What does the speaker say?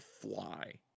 fly